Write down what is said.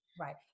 Right